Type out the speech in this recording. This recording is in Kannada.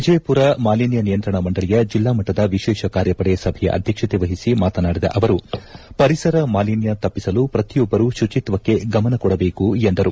ವಿಜಯಪುರ ಮಾಲಿನ್ತ ನಿಯಂತ್ರಣ ಮಂಡಳಿಯ ಜಲ್ಲಾ ಮಟ್ಟದ ವಿಶೇಷ ಕಾರ್ಯಪಡೆ ಸಭೆಯ ಅಧ್ವಕ್ಷಕೆ ಮಹಿಸಿ ಮಾತನಾಡಿದ ಅವರು ಪರಿಸರ ಮಾಲಿನ್ಯ ತಪ್ಪಿಸಲು ಪ್ರತಿಯೊಬ್ಬರು ಶುಚಿತ್ವಕ್ಕೆ ಗಮನ ಕೊಡಬೇಕು ಎಂದರು